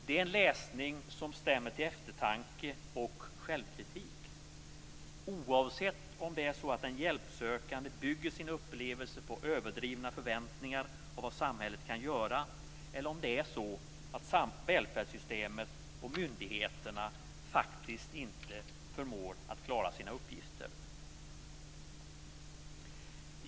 Det är en läsning som stämmer till eftertanke och självkritik, oavsett om det är så att den hjälpsökande bygger sin upplevelse på överdrivna förväntningar av vad samhället kan göra eller om det är så att välfärdssystemen och myndigheterna faktiskt inte förmår att klara sina uppgifter.